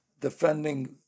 defending